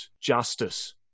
justice